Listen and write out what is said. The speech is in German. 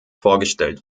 vorgestellt